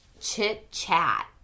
Chit-chat